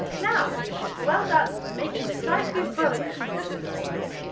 now well done for making slightly progress with your playing,